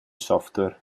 software